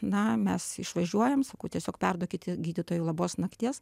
na mes išvažiuojam sakau tiesiog perduokite gydytojui labos nakties